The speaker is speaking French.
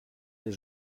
des